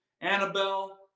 Annabelle